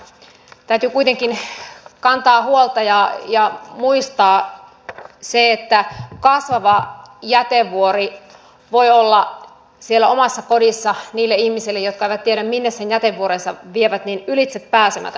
täytyy kuitenkin kantaa huolta ja muistaa se että kasvava jätevuori voi olla siellä omassa kodissa niille ihmisille jotka eivät tiedä minne sen jätevuorensa vievät ylitsepääsemätön